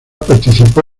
participó